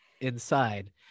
inside